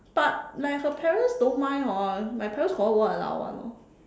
but like her parents don't mind hor my parents confirm won't allow [one] orh